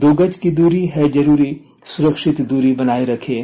दो गज की दूरी है जरूरी सुरक्षित दूरी बनाए रखें